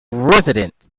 residence